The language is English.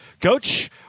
Coach